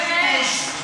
באמת.